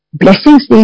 blessings